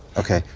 okay.